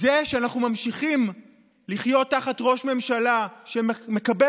זה שאנחנו ממשיכים לחיות תחת ראש ממשלה שמקבל